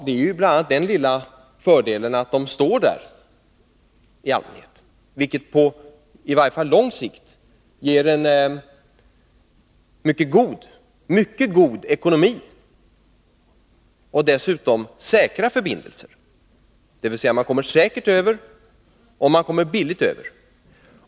Det är bl.a. den lilla fördelen att de i allmänhet står där, vilket i varje fall på lång sikt ger en mycket god ekonomi och dessutom säkra förbindelser. Man kommer alltså säkert över, och man kommer billigt över.